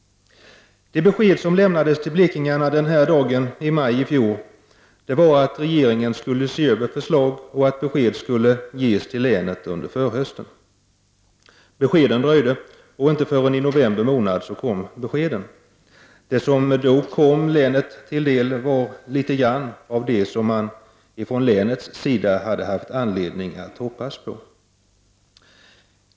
Det besked som lämnades till blekingarna denna dag i maj i fjol var att regeringen skulle se över förslagen och att besked skulle ges till länet under förhösten. Beskeden dröjde, och inte förrän i november kom de. Det som då kom länet till del var litet av det man från länets sida haft anledning att hoppas på.